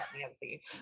Nancy